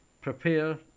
Prepare